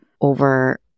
over